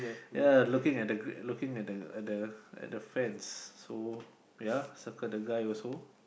yea looking at the looking at the at the at the fans so yea circle the guy also